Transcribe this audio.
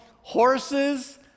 horses